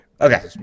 Okay